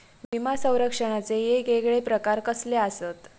विमा सौरक्षणाचे येगयेगळे प्रकार कसले आसत?